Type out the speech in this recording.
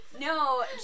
No